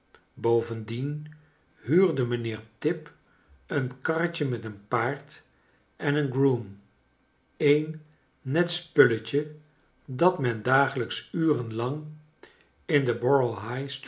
bovendien huurde mijnheer tip een karretje met een paard en een groom een net spulletje dat men dagelijks uren lang in de borough